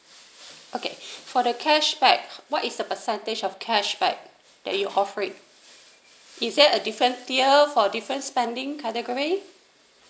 okay for the cashback what is the percentage of cashback that you offer it is that a tier for different spending category